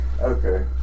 Okay